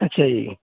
ਅੱਛਾ ਜੀ